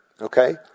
okay